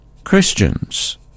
Christians